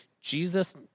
Jesus